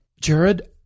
Jared